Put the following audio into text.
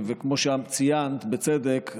וכמו שציינת בצדק,